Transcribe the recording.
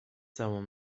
całą